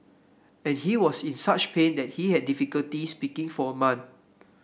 and he was in such pain that he had difficulty speaking for a month